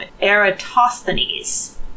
eratosthenes